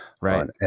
right